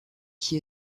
qui